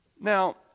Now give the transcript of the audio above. Now